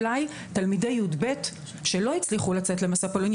אולי תלמידי י"ב שלא הצליחו לצאת למסע פולין,